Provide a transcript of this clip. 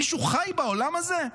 מישהו חי בעולם הזה?